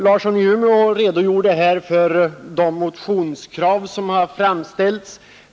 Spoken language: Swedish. Herr Larsson i Umeå redogjorde för de motionskrav som har framställts.